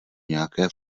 nějaké